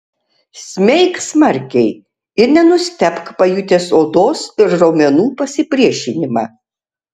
smeik smarkiai ir nenustebk pajutęs odos ir raumenų pasipriešinimą